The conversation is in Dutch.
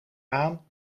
aan